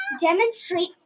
demonstrate